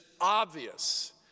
obvious